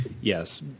Yes